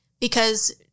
because-